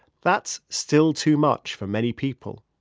that's still too much for many people.